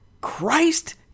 Christ